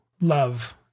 love